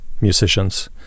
musicians